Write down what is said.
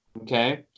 Okay